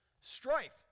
strife